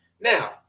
Now